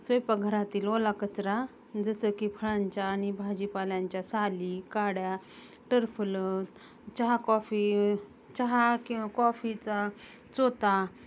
स्वयंपाकघरातील ओला कचरा जसं की फळांच्या आणि भाजीपाल्यांच्या साली काड्या टरफलं चहा कॉफी चहा किंवा कॉफीचा चोथा